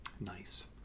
Nice